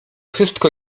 wszystko